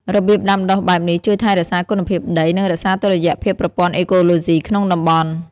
របៀបដាំដុះបែបនេះ ជួយថែរក្សាគុណភាពដី និងរក្សាតុល្យភាពប្រព័ន្ធអេកូឡូស៊ីក្នុងតំបន់។